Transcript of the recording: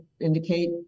indicate